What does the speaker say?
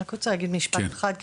רוצה להגיד משפט אחד,